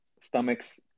stomach's